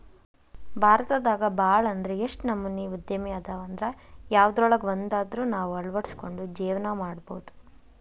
ಭಾರತದಾಗ ಭಾಳ್ ಅಂದ್ರ ಯೆಷ್ಟ್ ನಮನಿ ಉದ್ಯಮ ಅದಾವಂದ್ರ ಯವ್ದ್ರೊಳಗ್ವಂದಾದ್ರು ನಾವ್ ಅಳ್ವಡ್ಸ್ಕೊಂಡು ಜೇವ್ನಾ ಮಾಡ್ಬೊದು